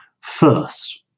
First